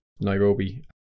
Nairobi